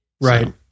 Right